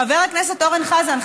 חבר הכנסת אורן חזן,